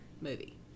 movie